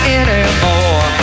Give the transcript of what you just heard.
anymore